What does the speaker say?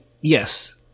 yes